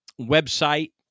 website